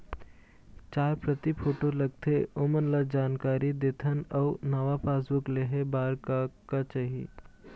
चार प्रति फोटो लगथे ओमन ला जानकारी देथन अऊ नावा पासबुक लेहे बार का का चाही?